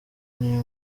niyo